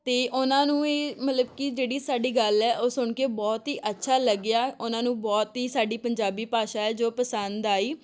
ਅਤੇ ਉਨ੍ਹਾਂ ਨੂੰ ਇਹ ਮਤਲਬ ਕਿ ਜਿਹੜੀ ਸਾਡੀ ਗੱਲ ਹੈ ਉਹ ਸੁਣ ਕੇ ਬਹੁਤ ਹੀ ਅੱਛਾ ਲੱਗਿਆ ਉਨ੍ਹਾਂਂ ਨੂੰ ਬਹੁਤ ਹੀ ਸਾਡੀ ਪੰਜਾਬੀ ਭਾਸ਼ਾ ਹੈ ਜੋ ਪਸੰਦ ਆਈ